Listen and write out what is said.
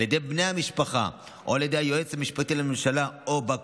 על ידי בני המשפחה או על ידי היועץ המשפטי לממשלה או בא כוחו,